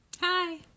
Hi